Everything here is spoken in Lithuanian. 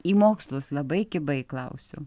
į mokslus labai kibai klausiu